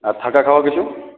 আর থাকা খাওয়া কিছু